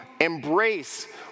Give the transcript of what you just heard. embrace